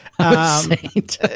Saint